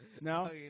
No